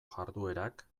jarduerak